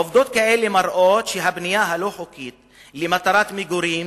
עובדות כאלה מראות שהבנייה הלא-חוקית למטרת מגורים,